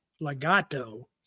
Legato